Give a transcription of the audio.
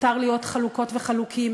מותר להיות חלוקות וחלוקים,